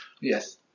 yes